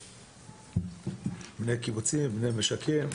בני קיבוצים, בני משקים.